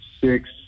six